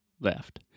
left